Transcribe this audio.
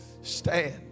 Stand